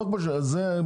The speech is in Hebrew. לא שחתמתם,